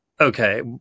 okay